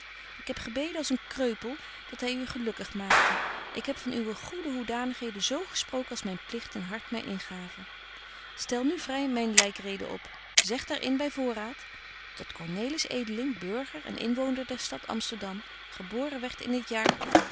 ik heb gebeden als een kreupel dat hy u gelukkig maakte ik heb van uwe goede hoedanigheden zo gesproken als myn pligt en hart my ingaven stel nu vry myn lykreden op zeg daarin betje wolff en aagje deken historie van mejuffrouw sara burgerhart by voorraad dat cornelis edeling burger en inwoonder der stad amsterdam geboren werd in het jaar